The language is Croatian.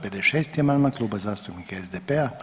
56. amandman Kluba zastupnika SDP-a.